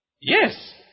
Yes